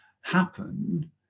happen